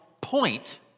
point